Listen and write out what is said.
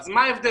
אז מה ההבדל?